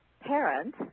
parent